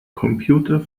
computer